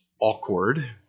awkward